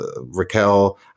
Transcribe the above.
Raquel